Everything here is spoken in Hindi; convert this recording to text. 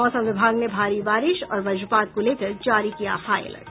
मौसम विभाग ने भारी बारिश और वजपात को लेकर जारी किया हाई अलर्ट